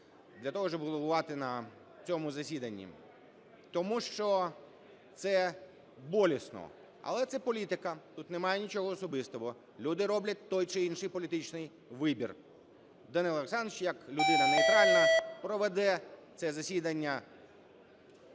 для того щоб головувати на цьому засіданні. Тому що це болісно. Але це політика, тут немає нічого особистого, люди роблять той чи інший політичний вибір. Данило Олександрович як людина нейтральна проведе це засідання